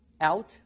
out